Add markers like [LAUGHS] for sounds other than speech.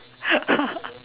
[LAUGHS]